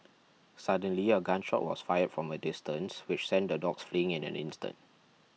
suddenly a gun shot was fired from a distance which sent the dogs flee in an instant